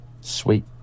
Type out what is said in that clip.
sweet